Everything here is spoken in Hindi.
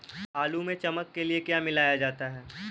आलू में चमक के लिए क्या मिलाया जाता है?